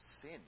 sin